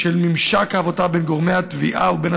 של ממשק העבודה בין גורמי התביעה ובין